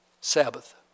Sabbath